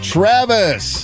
Travis